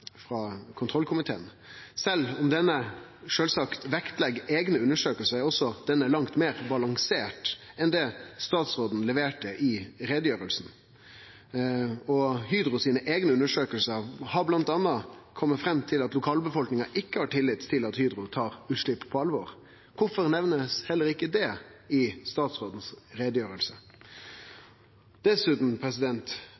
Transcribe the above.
frå statsråden. Sjølv om denne sjølvsagt vektlegg eigne undersøkingar, er også den langt meir balansert enn det statsråden leverte i utgreiinga. Hydros eigne undersøkingar har bl.a. kome fram til at lokalbefolkninga ikkje har tillit til at Hydro tek utslepp på alvor. Kvifor blir heller ikkje det nemnt i statsrådens